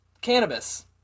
cannabis